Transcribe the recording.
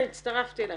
אני הצטרפתי אלייך.